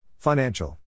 Financial